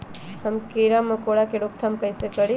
हम किरा मकोरा के रोक थाम कईसे करी?